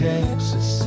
Texas